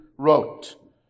Wrote